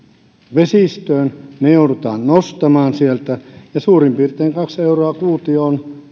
vesistöön ne joudutaan nostamaan sieltä ja suurin piirtein kaksi euroa kuutio on